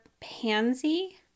pansy